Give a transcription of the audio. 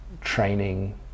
training